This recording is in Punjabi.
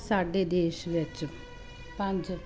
ਸਾਡੇ ਦੇਸ਼ ਵਿੱਚ ਪੰਜ